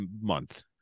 month